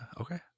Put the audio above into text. Okay